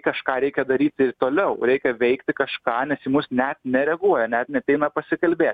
kažką reikia daryti toliau reikia veikti kažką nes į mus net nereaguoja net neateina pasikalbėt